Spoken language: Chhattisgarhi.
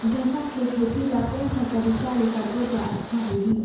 गन्ना के खेती ला कोन सा तरीका ले करबो त अच्छा होही?